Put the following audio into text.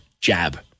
jab